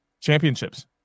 Championships